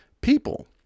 people